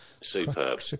Superb